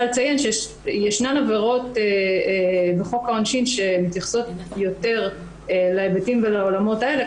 לציין שישנן עבירות בחוק העונשין שמתייחסות יותר להיבטים ולעולמות האלה,